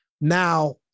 now